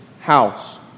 house